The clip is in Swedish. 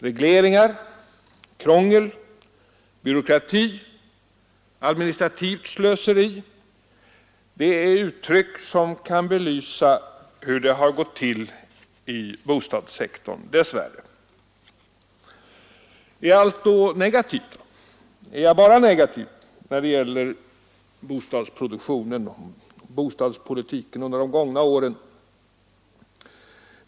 Regleringar, krångel, byråkrati, administrativt slöseri, det är uttryck som kan belysa hur det har gått till i bostadssektorn — dess värre. Är allt då negativt? Är jag bara negativ när det gäller bostadsproduktionen och bostadspolitiken under de gångna åren?